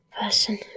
person